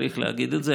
צריך להגיד את זה,